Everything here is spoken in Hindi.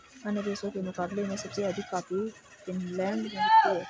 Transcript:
अन्य देशों के मुकाबले में सबसे अधिक कॉफी फिनलैंड में बिकती है